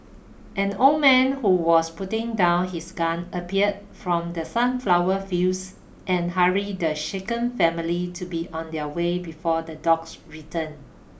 an old man who was putting down his gun appeared from the sunflower fields and hurried the shaken family to be on their way before the dogs return